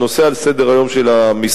הנושא על סדר-היום של המשרד,